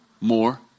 More